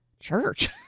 church